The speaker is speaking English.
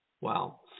Wow